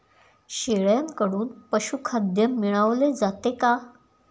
शेळ्यांकडून पशुखाद्य मिळवले जाते का?